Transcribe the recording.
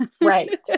Right